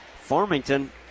Farmington